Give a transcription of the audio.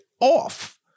off